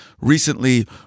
recently